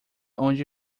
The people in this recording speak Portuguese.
onde